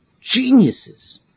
geniuses